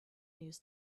news